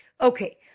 Okay